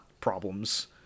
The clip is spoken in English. problems